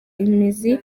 imizi